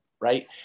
right